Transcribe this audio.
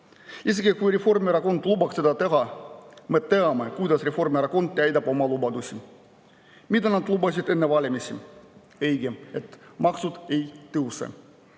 isegi kui Reformierakond lubaks seda teha. Me teame, kuidas Reformierakond oma lubadusi täidab. Mida nad lubasid enne valimisi? Õige! Et maksud ei tõuse.